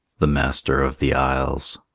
the master of the isles